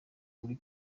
muri